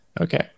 Okay